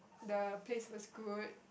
the place was good